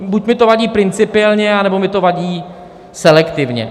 Buď mi to vadí principiálně, anebo mi to vadí selektivně.